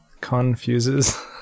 confuses